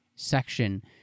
section